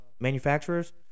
manufacturers